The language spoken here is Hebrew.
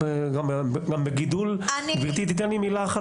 אם גברתי תיתן לי לומר מילה.